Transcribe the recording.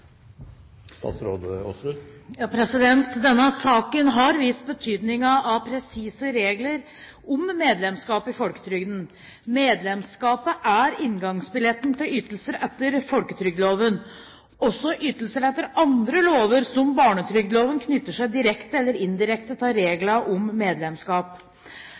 Denne saken har vist betydningen av presise regler om medlemskap i folketrygden. Medlemskapet er inngangsbilletten til ytelser etter folketrygdloven. Også ytelser etter andre lover, som barnetrygdloven, knytter seg direkte eller indirekte til reglene om medlemskap.